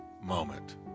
moment